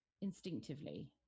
Instinctively